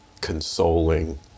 consoling